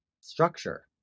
structure